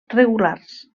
regulars